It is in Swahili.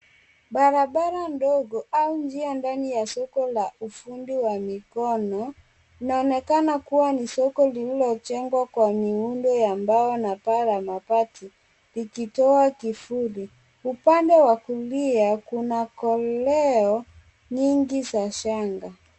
Barabara ndogo au njia ndani la soko la ufundi wa mikono, inaonekana kuwa ni soko lililojengwa kwa miundo ya mbao na paa ya mabati ikitoa kivuli. Upande wa kulia kuna koleo nyingi za shanga.